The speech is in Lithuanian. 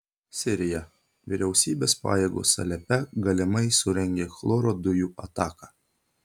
sirija vyriausybės pajėgos alepe galimai surengė chloro dujų ataką